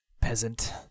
peasant